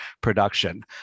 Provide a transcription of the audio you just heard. production